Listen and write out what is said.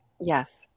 Yes